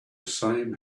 same